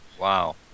Wow